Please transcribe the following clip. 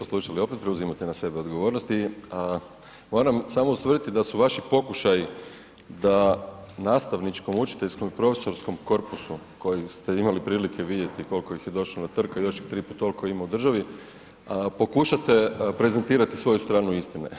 Niste me slušali, opet preuzimate na sebe odgovornosti a moram samo ustvrditi da su vaši pokušaji da nastavničkom, učiteljskom i profesorskom korpusu koji ste imali prilike vidjeti koliko ih je došlo na trg a još ih 3x toliko ima u državi pokušate prezentirati svoju stranu istine.